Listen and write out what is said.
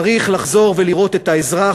צריך לחזור ולראות את האזרח,